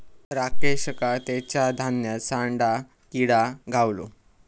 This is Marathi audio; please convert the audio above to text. राकेशका तेच्या धान्यात सांडा किटा गावलो